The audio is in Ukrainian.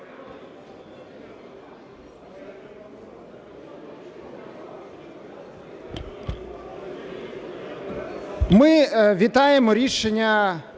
Ми вітаємо рішення